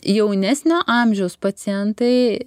jaunesnio amžiaus pacientai